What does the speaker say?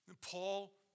Paul